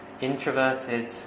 introverted